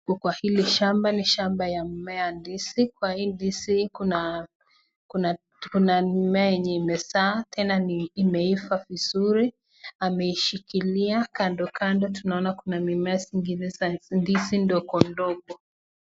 Huko kwa hili shamba ni shamba ya mimea ndizi. Kwa hii ndizi kuna kuna kuna mmea yenye imezaa. Tena imeiva vizuri. Ameishikilia kando kando tunaona kuna mimea zingine za ndizi ndogo ndogo.